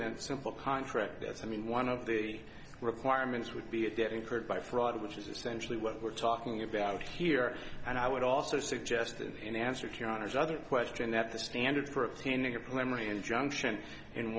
than simple contract as i mean one of the requirements would be a debt incurred by fraud which is essentially what we're talking about here and i would also suggest in answer to your honor's other question that the standard for